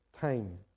time